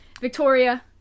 Victoria